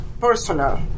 personal